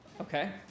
Okay